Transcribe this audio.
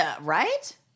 right